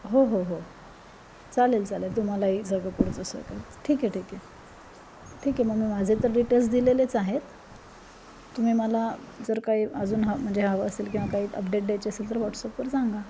हो हो हो चालेल चालेल तुम्हालाही झग पुढचं सकच ठीक आहे ठीक आहे ठीक आहे मग मी माझे तर डिटेल्स दिलेलेच आहेत तुम्ही मला जर काही अजून हा म्हणजे हवं असेल किंवा काही अपडेट द्यायचे असेल तर वॉट्सअपवर सांगा